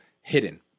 hidden